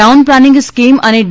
town planning scheme અને D